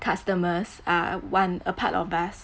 customers are one a part of us